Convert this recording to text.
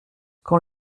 quand